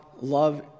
love